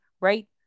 right